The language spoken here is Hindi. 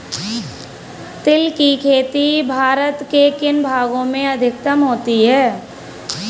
तिल की खेती भारत के किन भागों में अधिकतम होती है?